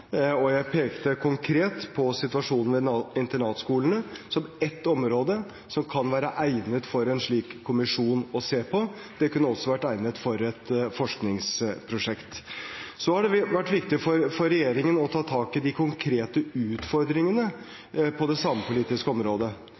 Jeg pekte konkret på situasjonen ved internatskolene som ett område som kunne være egnet til å se på for en slik kommisjon. Det kunne også vært egnet for et forskningsprosjekt. Det har vært viktig for regjeringen å ta tak i de konkrete utfordringene på det samepolitiske området.